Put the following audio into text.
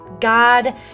God